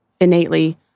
innately